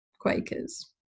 quakers